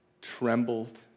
trembled